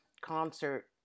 concert